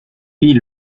fit